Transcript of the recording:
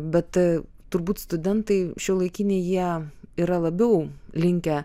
bet turbūt studentai šiuolaikiniai jie yra labiau linkę